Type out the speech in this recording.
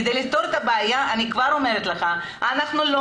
כדי לפתור את הבעיה אני כבר אומרת לך: אנחנו לא